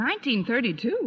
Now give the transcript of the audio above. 1932